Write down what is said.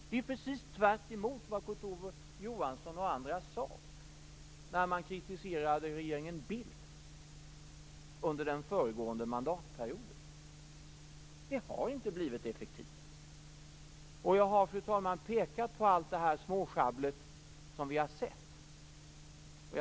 Det är precis tvärtemot vad Kurt Ove Johansson och andra sade när de kritiserade regeringen Bildt under föregående mandatperioden: det har inte blivit effektivare. Jag har, fru talman, pekat på att allt det småsjabbel som vi har upplevt.